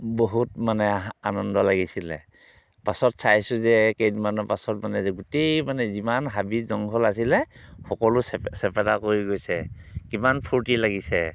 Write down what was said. বহুত মানে হাঁ আনন্দ লাগিছিলে পাছত চাইছোঁ যে কেইদিনমানৰ পাছত মানে গোটেই মানে যিমান হাবি জংঘল আছিলে সকলো চেপ চেপেটা কৰি গৈছে কিমান ফূৰ্তি লাগিছে